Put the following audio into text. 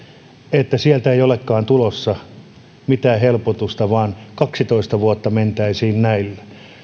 että sieltä ei olekaan tulossa mitään helpotusta vaan kaksitoista vuotta mentäisiin näillä